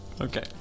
Okay